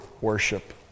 worship